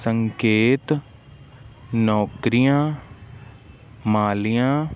ਸੰਕੇਤ ਨੌਕਰੀਆਂ ਮਾਲੀਆਂ